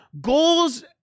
goals